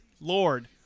Lord